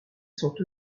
sont